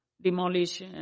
demolish